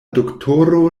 doktoro